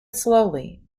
slowly